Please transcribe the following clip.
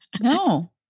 No